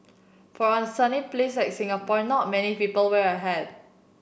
for a sunny please like Singapore not many people wear a hat